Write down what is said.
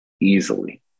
Easily